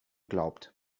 glaubt